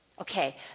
Okay